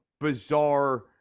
bizarre